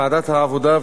ועדת העבודה,